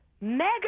mega